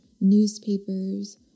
newspapers